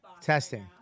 Testing